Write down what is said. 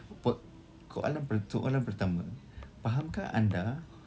pe~ koalan~ soalan pertama fahamkan anda